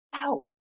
out